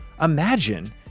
imagine